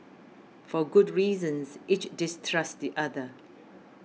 for good reasons each distrusts the other